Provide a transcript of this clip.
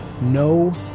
no